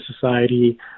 society